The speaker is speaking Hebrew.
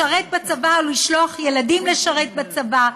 לשרת בצבא ולשלוח ילדים לשרת בצבא,